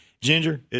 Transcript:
Ginger